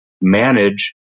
manage